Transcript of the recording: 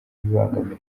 ibangamira